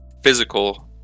physical